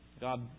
God